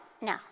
No